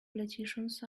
politicians